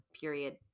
period